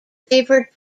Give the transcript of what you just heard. favorite